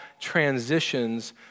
transitions